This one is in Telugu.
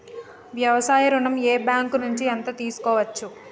వ్యవసాయ ఋణం ఏ బ్యాంక్ నుంచి ఎంత తీసుకోవచ్చు?